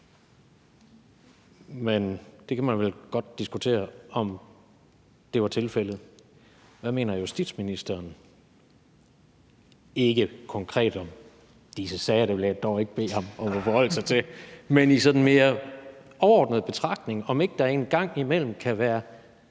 men man kan vel godt diskutere, om det var tilfældet. Hvad mener justitsministeren – ikke konkret om disse sager, det vil jeg dog ikke bede ham om at forholde sig til – ud fra sådan mere overordnede betragtninger? Kan der ikke en gang imellem være